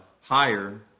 higher